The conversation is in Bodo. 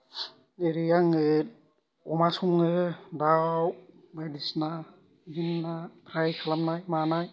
ओरै आङो अमा सङो दाव बायदिसिना बिदिनो ना फ्राइ खालामनाय मानाय